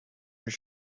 your